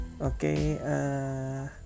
Okay